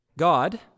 God